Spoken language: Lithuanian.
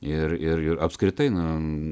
ir ir ir apskritai na